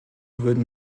würden